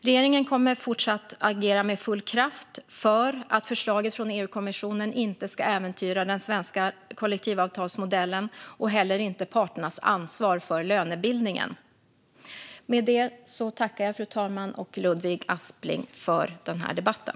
Regeringen kommer fortsatt att agera med full kraft för att förslaget från EU-kommissionen inte ska äventyra den svenska kollektivavtalsmodellen och heller inte parternas ansvar för lönebildningen. Med det tackar jag fru talmannen och Ludvig Aspling för debatten.